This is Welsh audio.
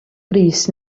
brys